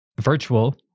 virtual